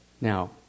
Now